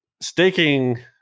staking